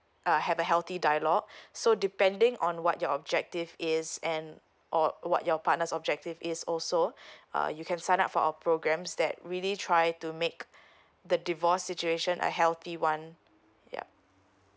uh have a healthy dialogue so depending on what your objective is and or what your partner's objective is also uh you can sign up for a programs that really try to make the divorce situation a healthy one yup